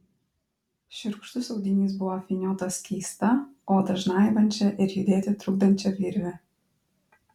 šiurkštus audinys buvo apvyniotas keista odą žnaibančia ir judėti trukdančia virve